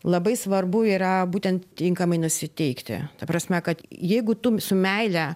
labai svarbu yra būtent tinkamai nusiteikti ta prasme kad jeigu tu su meile